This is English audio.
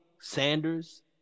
Sanders